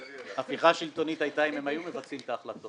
רק אעדכן שהפיכה שלטונית הייתה אם הם היו מבצעים את ההחלטות,